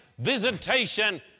visitation